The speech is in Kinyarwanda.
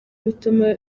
bituma